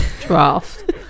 Draft